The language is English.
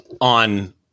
on